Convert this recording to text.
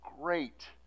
great